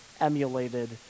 emulated